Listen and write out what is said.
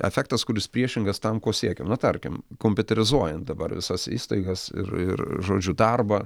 efektas kuris priešingas tam ko siekiam na tarkim kompiuterizuojam dabar visas įstaigas ir ir žodžiu darbą